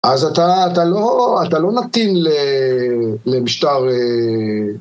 אז אתה אתה אתה לא נתין למשטר